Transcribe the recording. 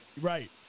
right